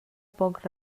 poc